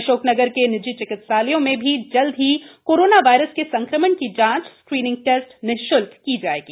अशोकनगर के निजी चिकित्सालयों में भी जल्द ही कोरोना वायरस के संक्रमण की जांच स्क्रीनिंग टेस्ट निशुल्क की जायेंगी